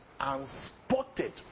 unspotted